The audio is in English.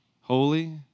holy